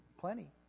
plenty